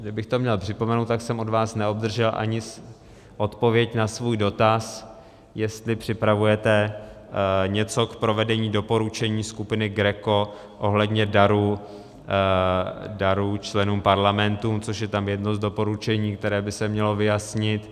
Kdybych to měl připomenout, tak jsem od vás neobdržel ani odpověď na svůj dotaz, jestli připravujete něco k provedení doporučení skupiny GRECO ohledně darů členům parlamentů, což je tam jedno z doporučení, které by se mělo vyjasnit.